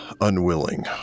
unwilling